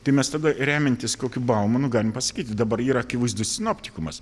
tai mes tada remiantis kokiu baumanu galim pasakyti dabar yra akivaizdus sinoptikumas